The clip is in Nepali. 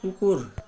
कुकुर